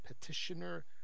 petitioner